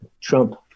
Trump